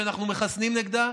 שאנחנו מחסנים נגדה,